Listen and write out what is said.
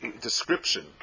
description